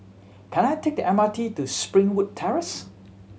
can I take the M R T to Springwood Terrace